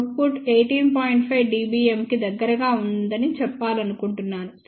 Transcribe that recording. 5 dBm కి దగ్గరగా ఉందని చెప్పాలనుకుంటున్నాను సరే